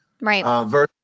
right